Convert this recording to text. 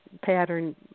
pattern